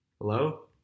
Hello